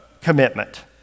commitment